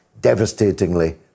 devastatingly